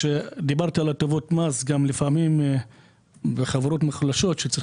דיברתם על הטבות מס שצריכים לעשות בחברות מוחלשות.